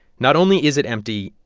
not only is it empty.